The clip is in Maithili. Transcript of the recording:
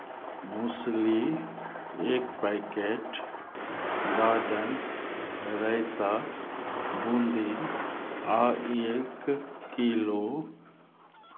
मूसली एक पैकेट गार्डेन रायता बूँदी आ एक किलो